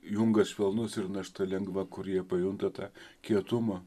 jungas švelnus ir našta lengva kurie pajunta tą kietumą